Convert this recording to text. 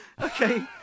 Okay